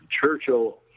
Churchill